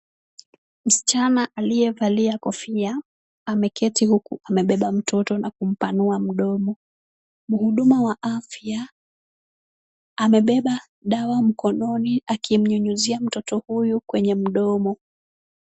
Msichana aliyevalia kofia ameketi huku amebeba mtoto na kumpanua mdomo. Muhuduma wa afya amebeba dawa mkononi akimnyunyuzia mtoto huyu kwenye mdomo.